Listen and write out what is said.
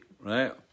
right